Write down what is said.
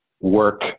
work